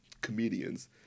comedians